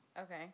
Okay